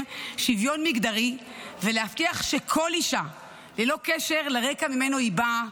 שוויון מגדרי ולהבטיח שכל אישה ללא קשר לרקע שממנו היא באה,